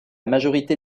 majorité